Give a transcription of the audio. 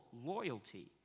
loyalty